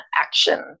action